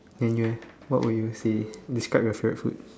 then you leh what would you see describe your favourite food